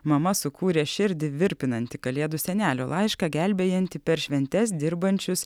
mama sukūrė širdį virpinantį kalėdų senelio laišką gelbėjantį per šventes dirbančius